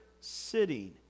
sitting